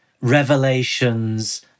revelations